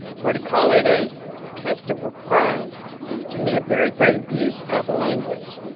for to call it a detestable crime seemed to me a very great abuse of language.